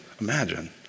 imagine